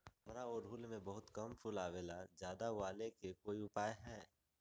हमारा ओरहुल में बहुत कम फूल आवेला ज्यादा वाले के कोइ उपाय हैं?